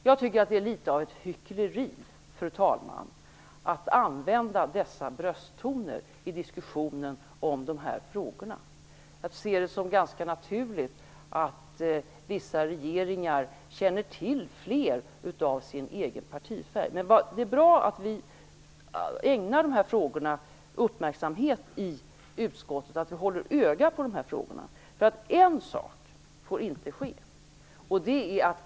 Jag tycker att det är litet av ett hyckleri, fru talman, att använda dessa brösttoner i diskussionen om dessa frågor. Jag ser det som ganska naturligt att vissa regeringar känner till fler av sin egen partifärg. Men det är bra att vi ägnar dessa frågor uppmärksamhet i utskottet och att vi håller öga på dem, för en sak får inte ske.